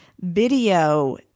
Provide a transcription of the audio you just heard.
video